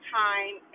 time